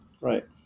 Right